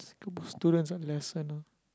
s~ students have lesson ah